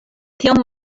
tiom